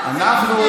לא